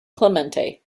clemente